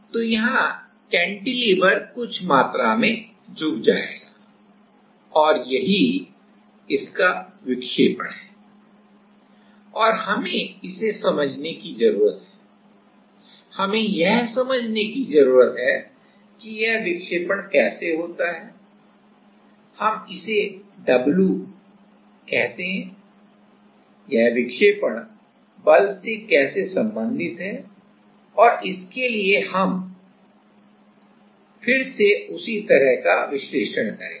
तो यहां कैंटिलीवर कुछ मात्रा में झुक जाएगा और यही इसका विक्षेपण है और हमें इसे समझने की जरूरत है हमें यह समझने की जरूरत है कि यह विक्षेपण कैसे होता है हम इसे W कहते हैं यह विक्षेपण बल से कैसे संबंधित है और इसके लिए हम फिर से उसी तरह का विश्लेषण करेंगे